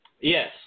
Yes